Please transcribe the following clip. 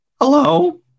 Hello